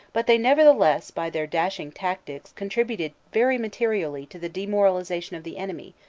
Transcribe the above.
but they nevertheless by their dashing tactics contributed very materially to the demoralization of the enemy,